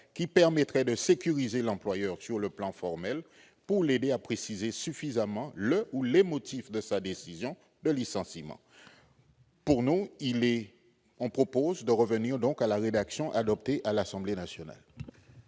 qui permettrait de sécuriser l'employeur sur le plan formel, pour l'aider à énoncer avec suffisamment de précision le ou les motifs de sa décision de licenciement. Nous proposons donc de revenir à la rédaction adoptée par l'Assemblée nationale.